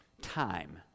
time